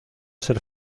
ser